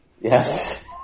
Yes